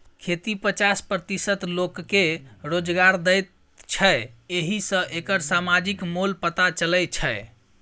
खेती पचास प्रतिशत लोककेँ रोजगार दैत छै एहि सँ एकर समाजिक मोल पता चलै छै